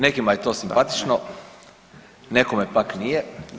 Nekima je to simpatično, nekima pak nije.